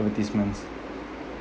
advertisements